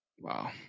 Wow